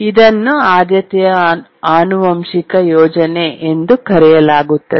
ಇದನ್ನು ಆದ್ಯತೆಯ ಆನುವಂಶಿಕ ಯೋಜನೆ ಎಂದು ಕರೆಯಲಾಗುತ್ತದೆ